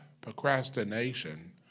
procrastination